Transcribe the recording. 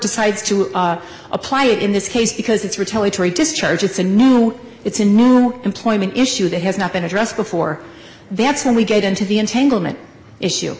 decides to apply it in this case because it's retaliatory discharge it's a new it's a new employment issue that has not been addressed before that's when we get into the